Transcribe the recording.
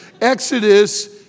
Exodus